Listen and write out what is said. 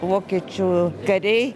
vokiečių kariai